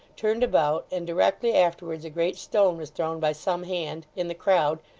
turned about, and directly afterwards a great stone was thrown by some hand, in the crowd,